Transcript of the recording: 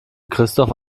christoph